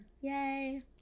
Yay